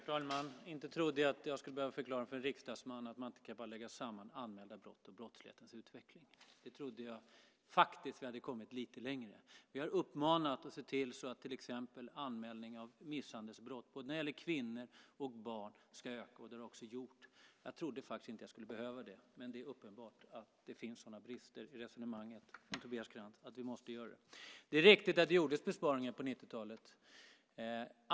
Herr talman! Inte trodde jag att jag skulle behöva förklara för en riksdagsman att man inte bara kan sätta likhetstecken mellan anmälda brott och brottslighetens utveckling. Jag trodde faktiskt att vi hade kommit lite längre. Vi har uppmanat till att exempelvis anmälningen av misshandelsbrott ska öka, både när det gäller kvinnor och barn, och det har den också gjort. Jag trodde faktiskt inte att jag skulle behöva förklara detta, men det är uppenbart att det finns sådana brister i resonemanget från Tobias Krantz att jag måste göra det. Det är riktigt att det gjordes besparingar på 90-talet.